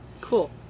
Cool